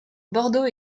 bordeaux